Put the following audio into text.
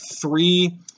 three